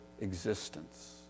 existence